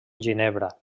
ginebra